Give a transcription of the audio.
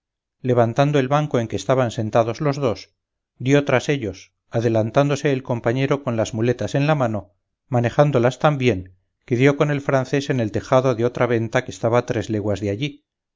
levantando el banco en que estaban sentados los dos dió tras ellos adelantándose el compañero con las muletas en la mano manejándolas tan bien que dió con el francés en el tejado de otra venta que estaba tres leguas de allí